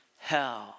hell